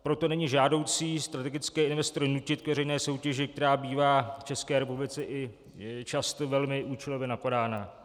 Proto není žádoucí strategické investory nutit k veřejné soutěži, která bývá v České republice často velmi účelově napadána.